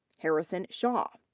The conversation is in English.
harrison shaw.